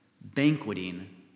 banqueting